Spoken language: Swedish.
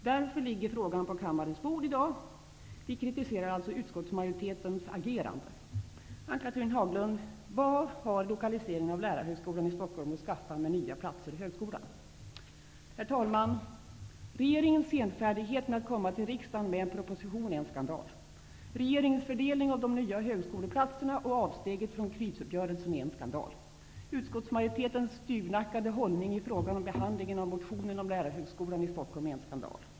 Därför ligger frågan på kammarens bord i dag. Vi kritiserar alltså utskottsmajoritetens agerande. Stockholm att skaffa med nya platser i högskolan, Herr talman! Regeringens senfärdighet med att komma till riksdagen med en proposition är en skandal. Regeringens fördelning av de nya högskoleplatserna och avsteget från krisuppgörelsen är en skandal. Utskottsmajoritetens styvnackade hållning i frågan om behandlingen av motionen om lärarhögskolan i Stockholm är en skandal.